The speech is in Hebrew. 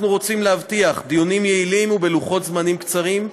אנחנו רוצים להבטיח דיונים יעילים ובלוחות-זמנים קצרים,